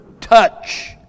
touch